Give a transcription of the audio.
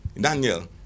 Daniel